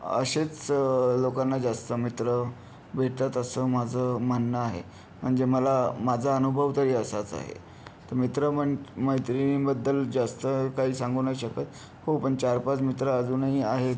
असेच लोकांना जास्त मित्र भेटतात असं माझं म्हणणं आहे म्हणजे मला माझा अनुभव तरी असाच आहे तर मित्र मण् मैत्रिणींबद्दल जास्त काही सांगू नाही शकत हो पण चार पाच मित्र अजूनही आहेत